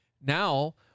now